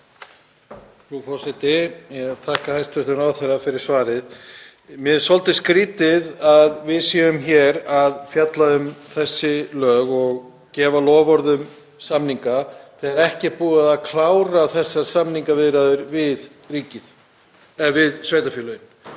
Frú forseti. Ég þakka hæstv. ráðherra fyrir svarið. Mér finnst svolítið skrýtið að við séum hér að fjalla um þessi lög og gefa loforð um samninga þegar ekki er búið að klára þessar samningaviðræður við sveitarfélögin.